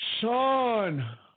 Sean